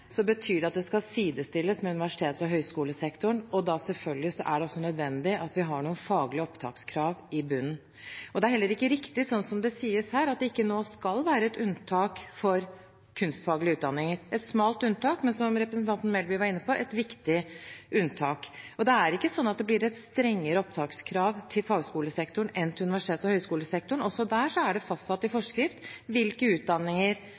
Det betyr at det skal sidestilles med universitets- og høyskolesektoren, og da er det selvfølgelig nødvendig at vi har faglige opptakskrav i bunnen. Det er heller ikke riktig, slik som det sies her, at det nå ikke skal være et unntak for kunstfaglige utdanninger – et smalt unntak, men som representanten Melbye var inne på, et viktig unntak. Det er ikke slik at det blir strengere opptakskrav til fagskolesektoren enn til universitets- og høyskolesektoren. Også der er det fastsatt i